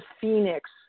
Phoenix